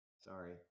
Sorry